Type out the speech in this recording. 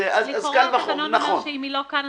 לכאורה התקנון אומר שאם היא לא כאן,